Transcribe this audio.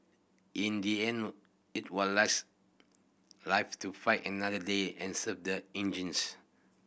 in the end it was live to fight another day and save the engines